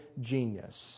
genius